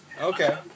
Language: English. okay